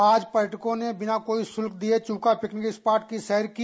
आज पर्यटकों ने बिना कोई शुल्क दिये चूका पिकनिक स्पॉट की सैर की